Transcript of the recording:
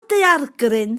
daeargryn